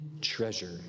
treasure